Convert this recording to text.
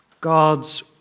God's